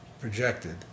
projected